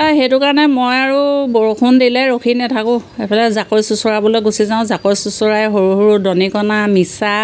এ সেইটো কাৰণে মই আৰু বৰষুণ দিলে ৰখি নেথাকোঁ এইফালে জাকৈ চুচুৰাবলৈ গুচি যাওঁ জাকৈ চুচৰাই সৰু সৰু দনিকণা মিছা